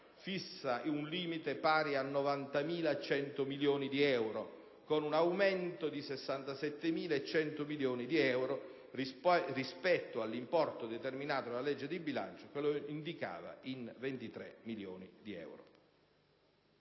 fissa un limite pari a 90.100 milioni di euro, con un aumento di 67.100 milioni di euro rispetto all'importo determinato nella legge di bilancio che lo indicava in 23.000 milioni.